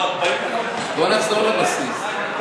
בואו נחזור לבסיס.